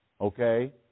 okay